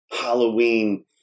Halloween